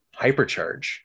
Hypercharge